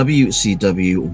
wcw